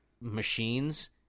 machines